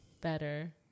better